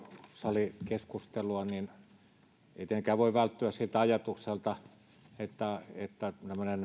salikeskustelua niin ei tietenkään voi välttyä siltä ajatukselta että tämmöinen